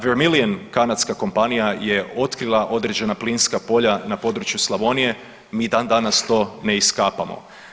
Vermilion, kanadska kompanija je otkrila određena plinska polja na području Slavonije, mi dandanas to ne iskapamo.